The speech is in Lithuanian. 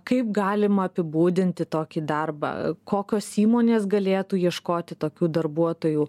kaip galima apibūdinti tokį darbą kokios įmonės galėtų ieškoti tokių darbuotojų